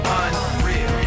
unreal